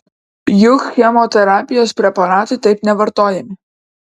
juk chemoterapijos preparatai taip nevartojami